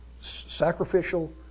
sacrificial